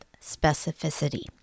specificity